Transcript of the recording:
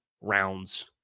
rounds